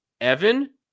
Evan